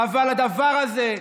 אבל הדבר הזה,